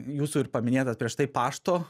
jūsų ir paminėtas prieš tai pašto